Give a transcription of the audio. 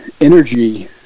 energy